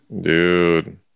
Dude